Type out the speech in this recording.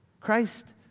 Christ